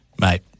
Mate